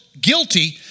guilty